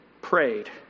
prayed